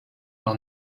par